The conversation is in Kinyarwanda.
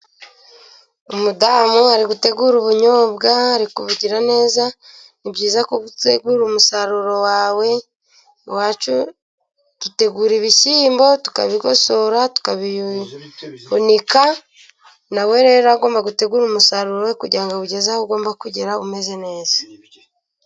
Umudamu ari gutegura ubunyobwa ari kubugira neza. Ni byiza gutegura umusaruro wawe. Iwacu dutegura ibishyimbo tukabigosora, tukabihunika. Na we rero agomba gutegura umusaruro we kugira ngo awugeze aho ugomba kugera umeze neza.